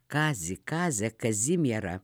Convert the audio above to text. kazį kazę kazimierą